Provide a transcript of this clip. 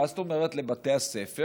מה זאת אומרת לבתי הספר?